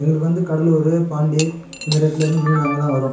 எங்களுக்கு வந்து கடலூர் பாண்டி இதுமாரி இடத்துலேருந்து மீன் அங்கெல்லாம் வரும்